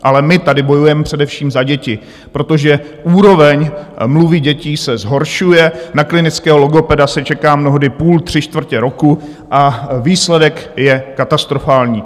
Ale my tady bojujeme především za děti, protože úroveň mluvy dětí se zhoršuje, na klinického logopeda se čeká mnohdy půl, tři čtvrtě roku a výsledek je katastrofální.